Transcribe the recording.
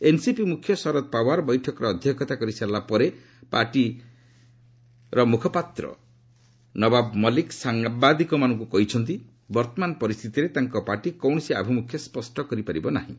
NCP ମ୍ରଖ୍ୟ ଶରଦ୍ ପାୱାର ବୈଠକରେ ଅଧ୍ୟକ୍ଷତା କରିସାରିଲା ପରେ ପାଟି ମୁଖ୍ୟ ନବାବ୍ ମଲ୍ଟିକ୍ ସାମ୍ବାଦିକମାନଙ୍କୁ କହିଛନ୍ତି ବର୍ଭମାନ ପରିସ୍ଥିତିରେ ତାଙ୍କ ପାର୍ଟି କୌଣସି ଆଭିମୁଖ୍ୟ ସ୍ୱଷ୍ଟ କରିପାରିବ ନାହିଁ